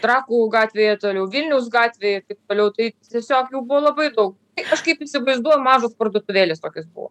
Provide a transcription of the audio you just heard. trakų gatvėje toliau vilniaus gatvėje taip toliau tai tiesiog jų buvo labai daug aš kaip įsivaizduoju mažos parduotuvėlės tokios buvo